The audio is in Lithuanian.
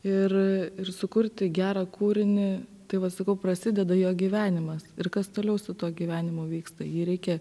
ir ir sukurti gerą kūrinį tai va sakau prasideda jo gyvenimas ir kas toliau su tuo gyvenimu vyksta jį reikia